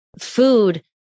food